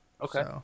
Okay